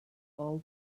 altı